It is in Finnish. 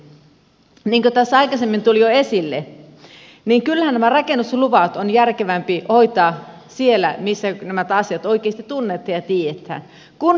niin kuin tässä aikaisemmin tuli jo esille niin kyllähän nämä rakennusluvat on järkevämpi hoitaa siellä missä nämä asiat oikeasti tunnetaan ja tiedetään